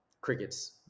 Crickets